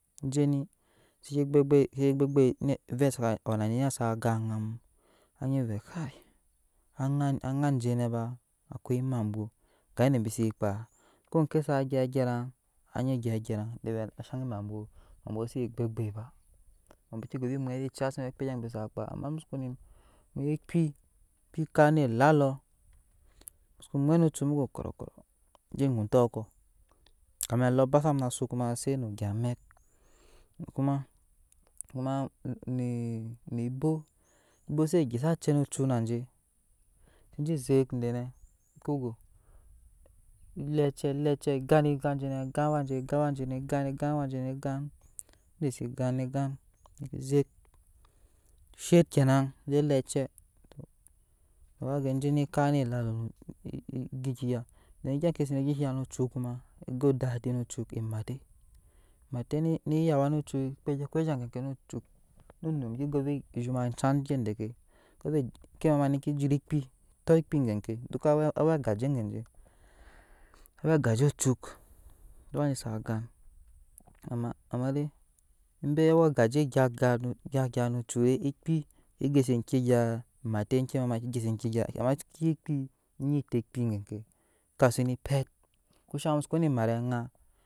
Jeni zeki gbe agbei zeki gbeigbe net ovep saka we na niya sa gan aŋamu anyi vɛ kai aŋa aɲa je nɛ ba akoi amabwo mabwo si gbeagbei ba mabwo ke go ve mwɛt ciya se be omŋkpede be za kpaa ama mu sukono muye eki ekpi kan onet lato mu soko mwet no cuk mu go kɔrɔkɔrɔ je ŋuntɔ kɔ ama seke ba sam na asu kuma se no gya amɛk kuma kuma mene ebow ebo ze gyesa ace no cuk naje je zek denɛ lɛɛ cɛ lɛɛ cɛ gan ne gan awa jenɛ gan awla jenɛ gan ide sɛ gan shet kɛna ze lɛ ace awa vɛ je ne kan anet lalo no don egya ki zene gya enthe gya go dadi no cuk emate mate ni ya awa no cuk kpa egya ke zha gya kine cuk no num ki gove zhoma ajan ki deke owe ke mama nike jut ekpi tɔ ekpi geke duka awe agaje geki awe agaje ocuk duk awa nisa gan ana amade awe agaje gyap agyap no cuk ekpi gyesa enke gya emate ke mamake gyɛsa enthe gya seke ye ekpi enyi tɔ ekpi geti kasu ne pɛt kasha musokowene emare aŋa.